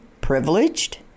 privileged